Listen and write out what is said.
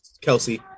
Kelsey